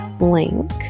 link